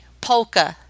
polka